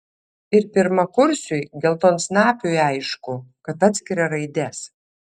ir pirmakursiui geltonsnapiui aišku kad atskiria raides